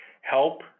help